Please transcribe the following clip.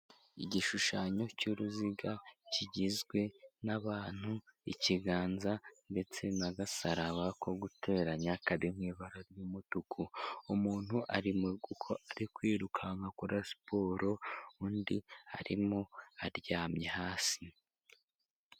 Igishushanyo cy'uruziga kigizwe n'abantu, ikiganza ndetse n'agasaraba ko guteranya kari mu ibara ry'umutuku, umuntu arimo kuko ari kwirukanka akora siporo undi arimo aryamye hasi.